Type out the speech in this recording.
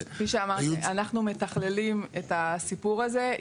כפי שאמרתי, אנחנו מתכללים את הסיפור הזה.